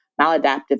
maladaptive